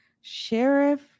Sheriff